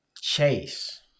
chase